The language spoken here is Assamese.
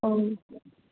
অঁ